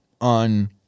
on